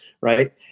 right